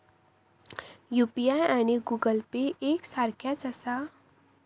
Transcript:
UPI आणि Google Pay एक सारख्याच आसा?